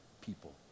people